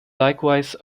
likewise